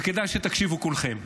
וכדאי שתקשיבו כולכם.